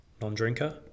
Non-drinker